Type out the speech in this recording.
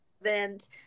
event